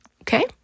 Okay